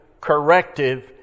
corrective